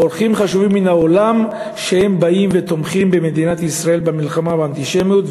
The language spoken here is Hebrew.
אורחים חשובים מהעולם שתומכים במדינת ישראל ובמלחמה באנטישמיות,